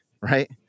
right